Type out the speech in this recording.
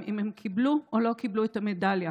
אם הם קיבלו או לא קיבלו את המדליה.